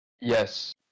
Yes